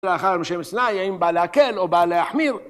הלכה למשה מסיני האם הוא בא להקל או בא להחמיר